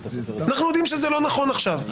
אנחנו יודעים שזה לא נכון עכשיו.